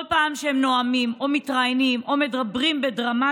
כל פעם שהם נואמים או מתראיינים או מדברים בדרמטיות,